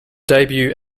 debut